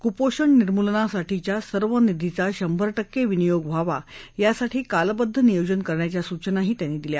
कुपोषण निर्मूलनासाठीच्या सर्व निधीचा शंभर टक्क विनियोग व्हावा यासाठी कालबद्ध नियोजन करण्याच्या सूचनाही त्यांनी दिल्या